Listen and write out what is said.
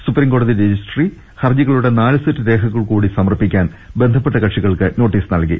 supreme കോടതി registry ഹർജികളുടെ നാല്സെറ്റ് രേഖകൾകൂടി സമർപ്പിക്കാൻ ബന്ധപ്പെട്ട കക്ഷികൾക്ക് നോട്ടീസ് നൽകി